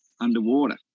underwater